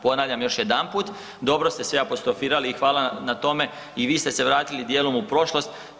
Ponavljam još jedanput, dobro ste se apostrofirali i hvala na tome, i vi ste se vratili dijelom u prošlost.